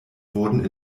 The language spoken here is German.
wurden